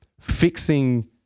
fixing